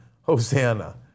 hosanna